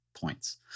points